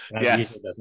Yes